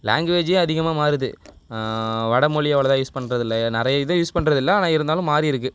லேங்க்வேஜ்ஜே அதிகமாக மாறுது வடமொழி அவ்வளோதா யூஸ் பண்ணுறது இல்லை நிறைய இதை யூஸ் பண்ணுறது இல்லை ஆனால் இருந்தாலும் மாறி இருக்கு